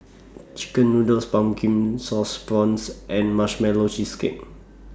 Chicken Noodles Pumpkin Sauce Prawns and Marshmallow Cheesecake